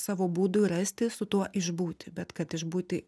savo būdu rasti su tuo išbūti bet kad išbūti